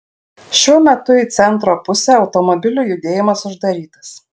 šiuo metu į centro pusę automobilių judėjimas uždarytas